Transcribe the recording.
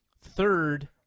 third